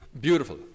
beautiful